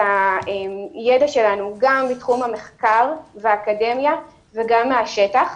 הידע שלנו גם מתחום המחקר והאקדמיה וגם מהשטח,